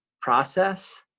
process